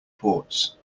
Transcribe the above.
ports